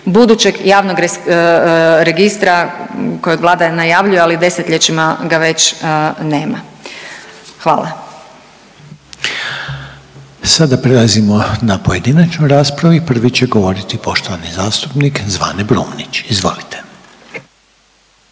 budućeg javnog registra kojeg Vlada najavljuje ali desetljećima ga već nema. Hvala. **Reiner, Željko (HDZ)** Sada prelazimo na pojedinačnu raspravu i prvi će govoriti poštovani zastupnik Zvane Brumnić. Izvolite.